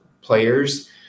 players